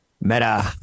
Meta